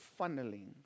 funneling